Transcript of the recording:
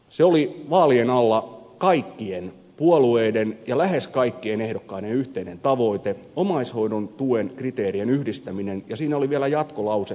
se oli vaalien alla kaikkien puolueiden ja lähes kaikkien ehdokkaiden yhteinen tavoite omaishoidon tuen kriteerien yhdistäminen ja siinä oli vielä jatkolause kela siirto